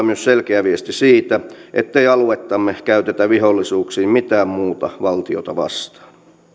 myös selkeä viesti siitä ettei aluettamme käytetä vihollisuuksiin mitään muuta valtiota vastaan